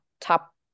top